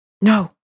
No